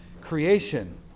creation